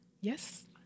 Yes